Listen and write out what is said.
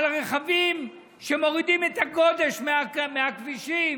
את הרכבים שמורידים את הגודש מהכבישים